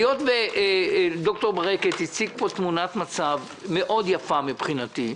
היות וד"ר ברקת הציג פה תמונת מצב יפה מאוד מבחינתי,